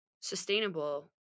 sustainable